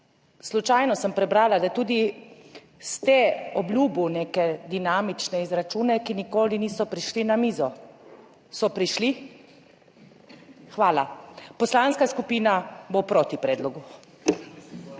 Slučajno sem prebrala, da ste tudi obljubil neke dinamične izračune, ki nikoli niso prišli na mizo. So prišli? Hvala. Poslanska skupina bo proti predlogu.